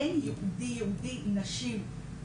אין ייעודי-ייעודי נשים,